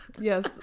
Yes